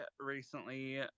recently